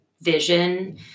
vision